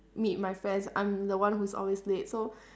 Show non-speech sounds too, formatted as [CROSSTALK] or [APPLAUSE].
meet my friends I'm the one who's always late so [BREATH]